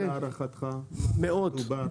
מה להערכתך, במה מדובר?